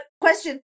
question